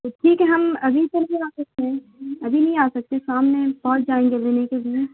ٹھیک ہے ہم ابھی سے بھی آ سکتے ہیں ابھی نہیں آ سکتے سامنے پہنچ جائیں گے لینے کے لیے